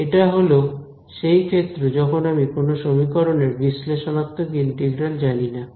এটা হল সেই ক্ষেত্র যখন আমি কোন সমীকরণের বিশ্লেষণাত্মক ইন্টিগ্রাল জানিনা